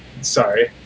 Sorry